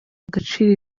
agaciro